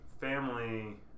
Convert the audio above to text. family